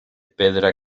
pedra